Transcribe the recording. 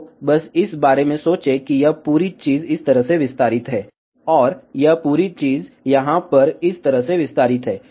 तो बस इस बारे में सोचें कि यह पूरी चीज़ इस तरह से विस्तारित है और यह पूरी चीज़ यहाँ पर इस तरह से विस्तारित है